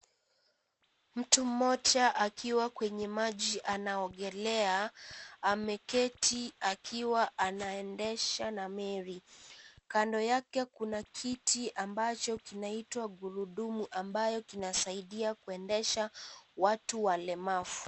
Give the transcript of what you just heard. mtu mmoja akiwa kwenye maji anaogelea, ameketi akiwa anaendesha na meli kando yake kuna kiti ambacho kinaitwa gurudumu ambayo kinasaidia kuendesha watu walemavu.